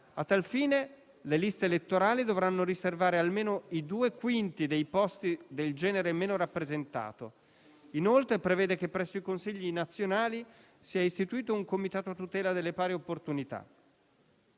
A tal fine, le liste elettorali dovranno riservare almeno i due quinti dei posti al genere meno rappresentato. Inoltre, l'emendamento prevede che presso i consigli nazionali sia istituito un comitato a tutela delle pari opportunità.